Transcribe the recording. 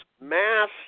mass